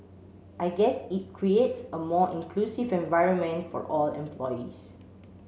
I guess it creates a more inclusive environment for all employees